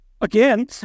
Again